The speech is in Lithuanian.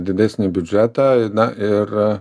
didesnį biudžetą na ir